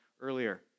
earlier